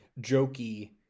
jokey